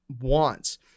wants